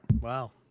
Wow